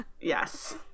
Yes